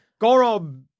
Gorob